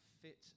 fit